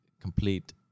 complete